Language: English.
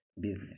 business